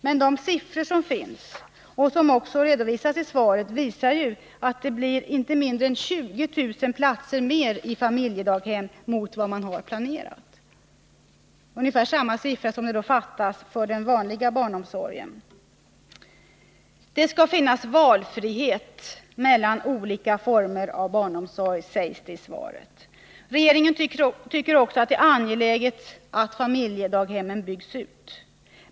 Men de siffror som finns och som också redovisas i svaret visar ju att det blir inte mindre än 20 000 platser mer i familjedaghem än vad man planerat. Ungefär samma siffra kan redovisas för vad som fattas när det gäller den vanliga barnomsorgen. Det skall finnas valfrihet mellan olika former av barnomsorg, sägs det i svaret. Regeringen tycker också att det är angeläget att familjedaghemmen byggs ut.